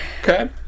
okay